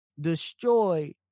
destroy